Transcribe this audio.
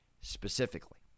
specifically